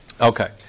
Okay